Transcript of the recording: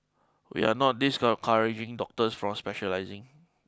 we are not discount courage in doctors from specialising